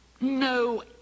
No